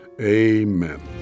Amen